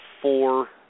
four